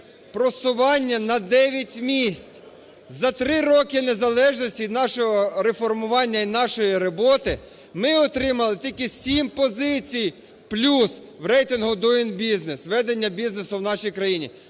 просування на 9 місць, за три роки незалежності нашого реформування і нашої роботи ми отримали тільки 7 позицій плюс в рейтингу Doing Business (ведення бізнесу в нашій країні).